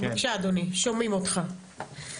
שלום לכם.